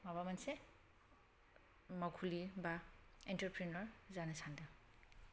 माबा मोनसे मावखुलि एबा एन्ट्राप्रनिउर जानो सानदों